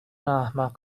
احمق